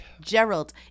Gerald